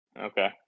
Okay